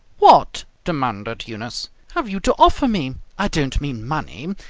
what, demanded eunice, have you to offer me? i don't mean money.